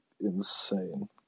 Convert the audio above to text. insane